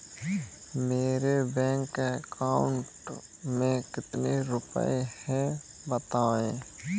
मेरे bank account में कितने रुपए हैं बताएँ?